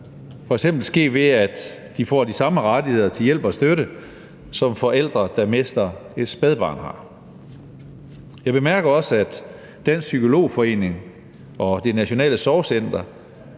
f.eks. ske, ved at de får de samme rettigheder til hjælp og støtte, som forældre, der mister et spædbarn, har. Jeg bemærker også, at Dansk Psykolog Forening og Det Nationale Sorgcenter